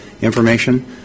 information